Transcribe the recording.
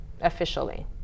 Officially